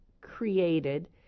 created